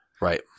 Right